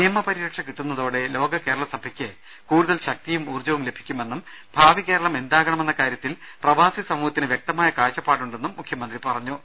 നിയമ പരിരക്ഷ കിട്ടുന്നതോടെ ലോക കേരള സഭയ്ക്ക് കൂടുതൽ ശക്തിയും ഊർജ്ജവും ലഭിക്കുമെന്നും ഭാവി കേരളം എന്താകണമെന്ന കാര്യത്തിൽ പ്രവാസി സമൂഹത്തിന് വൃക്തമായ കാഴ്ചപ്പാടുണ്ടെന്നും മുഖ്യമന്ത്രി പറ ഞ്ഞു